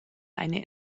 eine